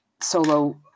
solo